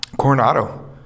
Coronado